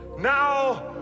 Now